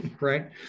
right